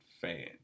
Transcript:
fan